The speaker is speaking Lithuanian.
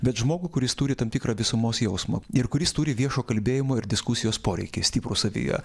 bet žmogų kuris turi tam tikrą visumos jausmą ir kuris turi viešo kalbėjimo ir diskusijos poreikį stiprų savyje